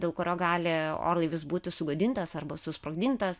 dėl kurio gali orlaivis būti sugadintas arba susprogdintas